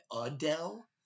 Adele